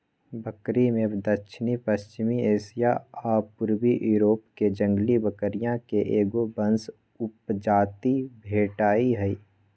बकरिमें दक्षिणपश्चिमी एशिया आ पूर्वी यूरोपके जंगली बकरिये के एगो वंश उपजाति भेटइ हइ